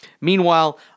Meanwhile